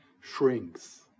shrinks